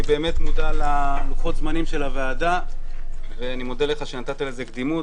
אני בהחלט מודע ללוחות זמנים של הוועדה ואני מודה לך שנתת לנושא קדימות.